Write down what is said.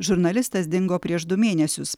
žurnalistas dingo prieš du mėnesius